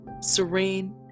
serene